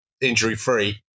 injury-free